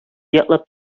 яклап